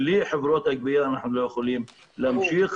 בלי חברות הגבייה אנחנו לא יכולים להמשיך.